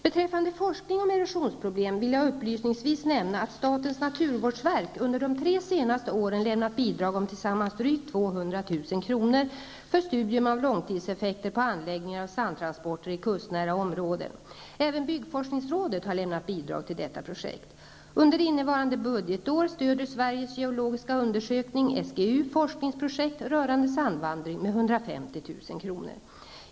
Beträffande forskning om erosionsproblem vill jag upplysningsvis nämna att statens naturvårdsverk under de tre senaste åren lämnat bidrag om tillsammans drygt 200 000 kr. för studium av långtidseffekter på anläggningar av sandtransporter i kustnära områden. Även byggforskningsrådet har lämnat bidrag till detta projekt. Under innevarande budgetår stöder 150 000 kr.